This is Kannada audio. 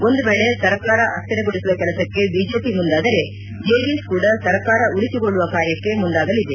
ಒಂದು ವೇಳೆ ಸರ್ಕಾರ ಅಸ್ವಿರಗೊಳಿಸುವ ಕೆಲಸಕ್ಕೆ ಬಿಜೆಪಿ ಮುಂದಾದರೆ ಜೆಡಿಎಸ್ ಕೂಡಾ ಸರ್ಕಾರ ಉಳಿಬಿಕೊಳ್ಳುವ ಕಾರ್ಯಕ್ಕೆ ಮುಂದಾಗಲಿದೆ